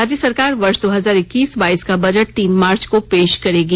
राज्य सरकार वर्ष दो हजार इक्कीस बाईस का बजट तीन मार्च को पेश करेगी